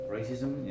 Racism